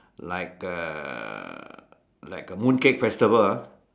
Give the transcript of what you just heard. like a like a mooncake festival ah